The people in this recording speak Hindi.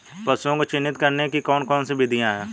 पशुओं को चिन्हित करने की कौन कौन सी विधियां हैं?